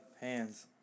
Hands